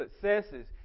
successes